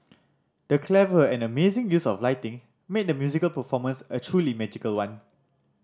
the clever and amazing use of lighting made the musical performance a truly magical one